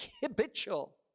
habitual